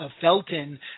Felton